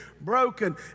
broken